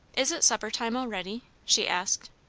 is it supper-time already? she asked.